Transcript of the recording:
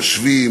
יושבים,